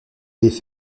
vous